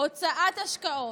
הוצאת השקעות,